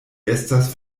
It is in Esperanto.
estas